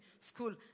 school